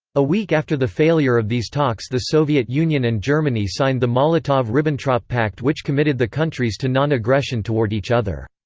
a week after the failure of these talks the soviet union and germany signed the molotov-ribbentrop pact which committed the countries to non-aggression toward each other.